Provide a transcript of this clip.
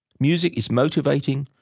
music is motivating,